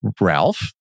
Ralph